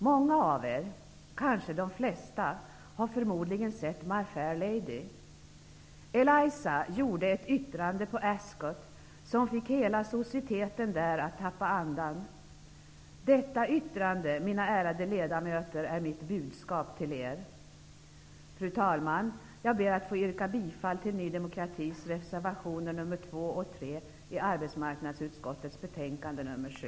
Många av er, kanske de flesta, har förmodligen sett ''My Fair Lady''. Eliza gjorde ett yttrande på Ascot, som fick hela societeten där att tappa andan. Detta yttrande, mina ärade ledamöter, är mitt budskap till er. Fru talman! Jag ber att få yrka bifall till Ny demokratis reservationer nr 2 och 3 till arbetsmarknadsutskottets betänkande nr 7.